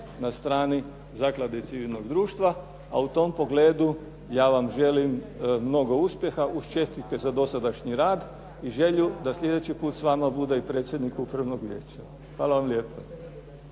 na strani zaklade civilnog društva. A u tom pogledu ja vam želim mnogo uspjeha, uz čestitke za dosadašnji rad i želju da sljedeći put s vama bude i predsjednik upravnog vijeća. Hvala vam lijepa.